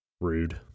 Rude